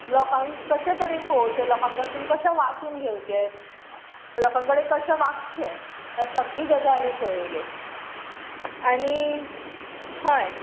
लोकांक कशे तरेन पावचें लोकांक कडसून कशें वाचून घेवचें लोकां कडेन कशें वागचें हें सगली गजाली पळयल्यो आनी हय